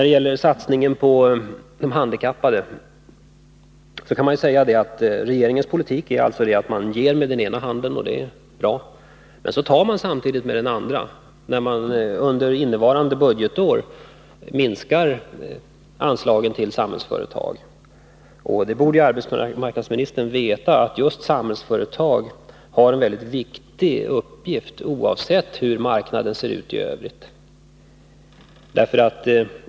Beträffande satsningen på de handikappade kan man säga att regeringens politik alltså är att ge med den ena handen — och det är bra —, men så tar man samtidigt med den andra, när man under innevarande budgetår minskar anslagen till Samhällsföretag. Arbetsmarknadsministern borde veta, att just Samhällsföretag har en väldigt viktig uppgift, oavsett hur marknaden ser ut i övrigt.